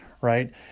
right